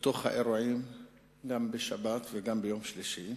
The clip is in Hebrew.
באירועים גם בשבת וגם ביום שלישי.